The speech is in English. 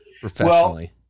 Professionally